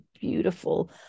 beautiful